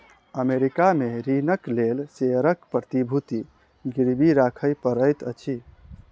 America में ऋणक लेल शेयरक प्रतिभूति गिरवी राखय पड़ैत अछि